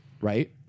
Right